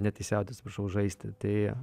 ne teisėjauti atsiprašau žaisti tai